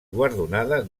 guardonada